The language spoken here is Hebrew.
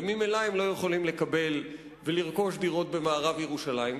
וממילא הם לא יכולים לקבל ולרכוש דירות במערב ירושלים,